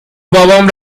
بابام